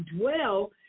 dwell